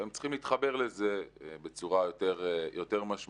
והם צריכים להתחבר לזה בצורה יותר משמעותית.